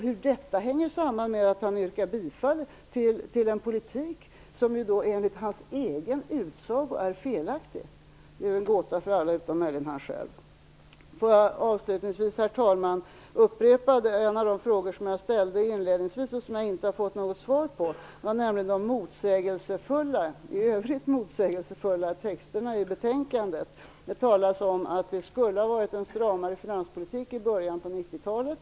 Hur detta hänger samman med att han yrkar bifall till den politik som enligt hans egen utsago är felaktig är en gåta för alla utom möjligen för honom själv. Herr talman! Får jag upprepa en av de frågor som jag ställde inledningsvis men som jag inte har fått något svar på. Den gällde de i övrigt motsägelsefulla texterna i betänkandet. Det talas om att det skulle ha varit en stramare finanspolitik i början av 90-talet.